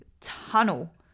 tunnel